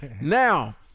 now